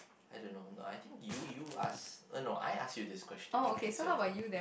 I don't know no I think you you ask uh no I ask you this question okay is your turn